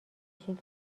شکل